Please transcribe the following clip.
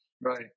Right